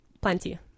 plenty